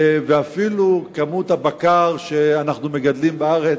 ואפילו כמות הבקר שאנחנו מגדלים בארץ,